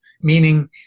meaning